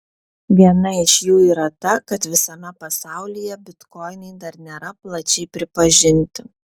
viena iš jų yra ta kad visame pasaulyje bitkoinai dar nėra plačiai pripažinti